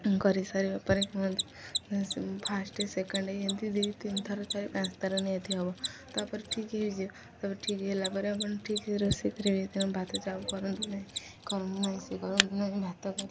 କରିସାରିବା ପରେ କୁହନ୍ତୁ ଫାଷ୍ଟ ସେକେଣ୍ଡ ଏମିତି ଦି ତିନିଥର ଚାରି ପାଞ୍ଚଥର ନିହାତି ହେବ ତାପରେ ଠିକ୍ ହେଇଯିବ ତାପରେ ଠିକ୍ ହେଲା ପରେ ଆପଣ ଠିକ୍ ରୋଷେଇ କରିବେ ତେଣୁ ଭାତ ଚାପ କରନ୍ତୁ ନାହିଁ କରନ୍ତୁ ନାହିଁ ସେ କରନ୍ତୁ ନାହିଁ ଭାତ କର